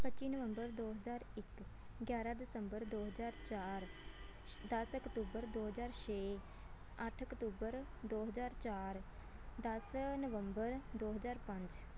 ਪੱਚੀ ਨਵੰਬਰ ਦੋ ਹਜ਼ਾਰ ਇੱਕ ਗਿਆਰ੍ਹਾਂ ਦਸੰਬਰ ਦੋ ਹਜ਼ਾਰ ਚਾਰ ਦਸ ਅਕਤੂਬਰ ਦੋ ਹਜ਼ਾਰ ਛੇ ਅੱਠ ਅਕਤੂਬਰ ਦੋ ਹਜ਼ਾਰ ਚਾਰ ਦਸ ਨਵੰਬਰ ਦੋ ਹਜ਼ਾਰ ਪੰਜ